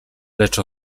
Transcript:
lecz